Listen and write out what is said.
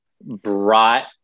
brought